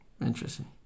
Interesting